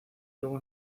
luego